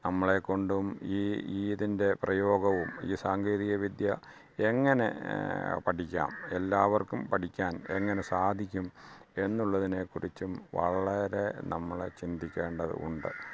നമ്മളെ കൊണ്ടും ഈ ഈ ഇതിന്റെ പ്രയോഗവും ഈ സാങ്കേതികവിദ്യ എങ്ങനെ പഠിക്കാം എല്ലാവര്ക്കും പഠിക്കാന് എങ്ങനെ സാധിക്കും എന്നുള്ളതിനെ കുറിച്ചും വളരെ നമ്മൾ ചിന്തിക്കേണ്ടത് ഉണ്ട്